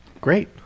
Great